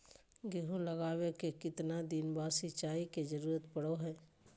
गेहूं लगावे के कितना दिन बाद सिंचाई के जरूरत पड़ो है?